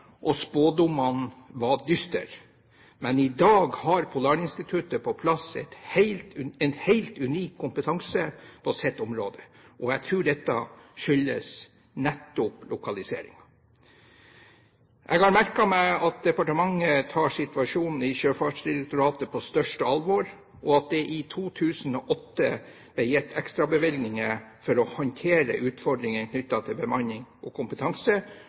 og spådommene var dystre, men i dag har Polarinstituttet på plass en helt unik kompetanse på sitt område. Jeg tror dette skyldes nettopp lokaliseringen. Jeg har merket meg at departementet tar situasjonen i Sjøfartsdirektoratet på største alvor, at det i 2008 ble gitt ekstrabevilgninger for å håndtere utfordringene knyttet til bemanning og kompetanse,